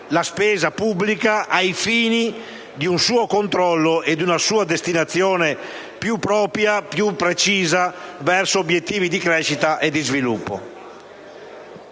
la spesa pubblica ai fini del controllo e di una destinazione più propria e più precisa verso obiettivi di crescita e di sviluppo.